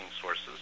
sources